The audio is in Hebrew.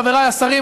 חבריי השרים,